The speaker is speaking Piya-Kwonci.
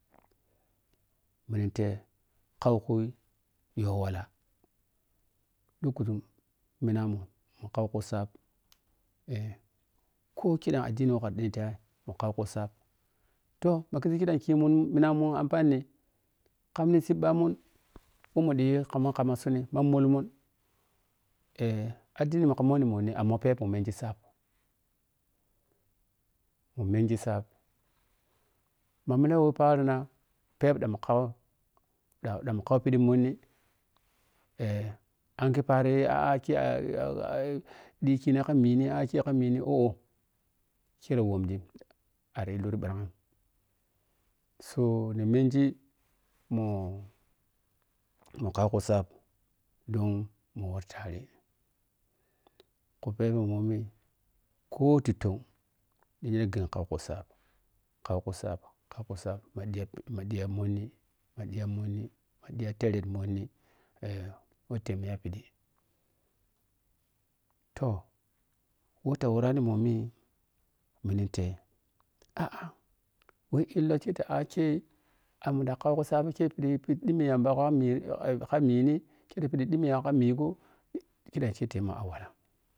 Minite kuwakui yo walla dukkuzu minamun kau ku saap eh ko kidana ɗɗni wo ka ɗiti yam mu kau ku saap toh ma kiziri kidamki mun mimamun ampanni kam ni subbamun wo u di kama mamasun ma mol mun eh addimun ka monni ama phepma mengi saap mu mengi saap ma millam we paarina phep ɗan mu kaw ɗan mu kaw ɗa ɗa mukaw phiɗi monni eh angue paari a a kei ai ai ɗikinika mini akeikami ni oow kire wommi ari dur bhirang so ni men gi mu mu kaaw ku saaap don mu war fare ku phebe mommi koti ton ya ghenkuu ku saap kaw ku saap kaw ku saap ma ɗi maɗiya mhonni ma ɗiya monni ma ɗiya tehreɗ monni eh we temmi ya phiɗi toh wo ta woran momi miniteh a a we illotitaa kei a muna kaw ku saap kefidi ɗimmi yyamba kama mini eh ke kamini phiɗɗi ɗhimmi tamba ka mini kiɗa ke temua a walla.